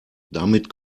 damit